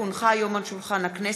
כי הונחה היום על שולחן הכנסת,